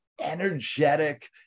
energetic